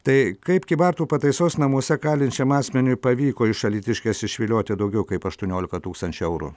tai kaip kybartų pataisos namuose kalinčiam asmeniui pavyko iš alytiškės išvilioti daugiau kaip aštuoniolika tūkstančių eurų